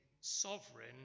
Sovereign